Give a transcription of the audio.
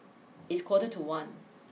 its quarter to one